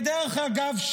כדרך אגב,